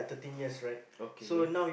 okay